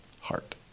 heart